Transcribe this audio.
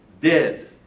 dead